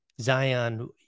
Zion